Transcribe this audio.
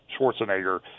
Schwarzenegger